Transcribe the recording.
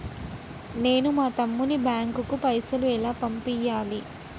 నేను మా తమ్ముని బ్యాంకుకు పైసలు ఎలా పంపియ్యాలి?